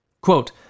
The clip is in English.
Quote